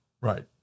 Right